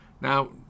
Now